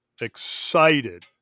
excited